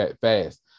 fast